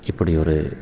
இப்படியொரு